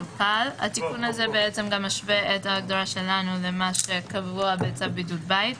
התיקון הזה בעצם גם משווה את ההגדרה שלנו למה שקבוע בצו בידוד בית.